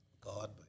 God